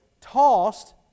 tossed